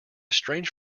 strange